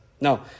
No